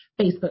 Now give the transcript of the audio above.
Facebook